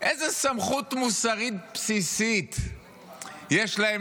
איזו סמכות מוסרית בסיסית יש להם